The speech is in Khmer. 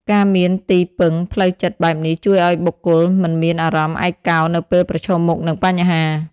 ការមានទីពឹងផ្លូវចិត្តបែបនេះ ជួយឱ្យបុគ្គលមិនមានអារម្មណ៍ឯកោនៅពេលប្រឈមមុខនឹងបញ្ហា។